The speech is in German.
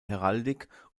heraldik